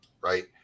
right